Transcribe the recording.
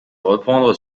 reprendre